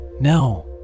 no